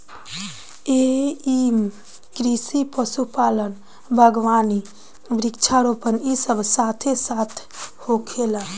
एइमे कृषि, पशुपालन, बगावानी, वृक्षा रोपण इ सब साथे साथ होखेला